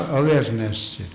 awareness